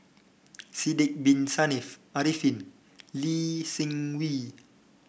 Sidek Bin Saniff Arifin Lee Seng Wee